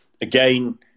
again